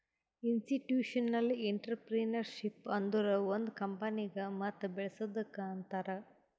institutional entrepreneurship ಅಂದುರ್ ಒಂದ್ ಕಂಪನಿಗ ಮತ್ ಬೇಳಸದ್ದುಕ್ ಅಂತಾರ್